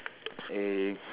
if